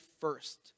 first